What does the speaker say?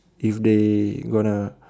if they gonna